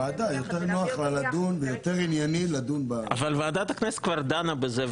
לוועדה יותר נוח ויותר ענייני לדון --- אבל ועדת הכנסת כבר דנה בזה,